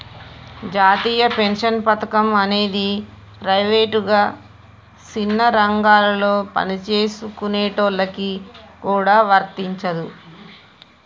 జాతీయ పెన్షన్ పథకం అనేది ప్రైవేటుగా సిన్న రంగాలలో పనిచేసుకునేటోళ్ళకి గూడా వర్తించదు